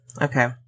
Okay